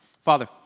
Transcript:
Father